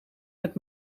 met